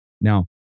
Now